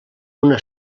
una